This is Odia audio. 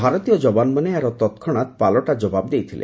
ଭାରତୀୟ ଯବାନମାନେ ଏହାର ତତକ୍ଷଣାତ ପାଲଟା ଜବାବ ଦେଇଥିଲେ